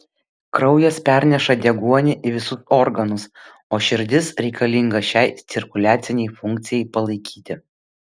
kraujas perneša deguonį į visus organus o širdis reikalinga šiai cirkuliacinei funkcijai palaikyti